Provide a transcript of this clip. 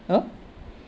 !huh!